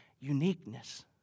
uniqueness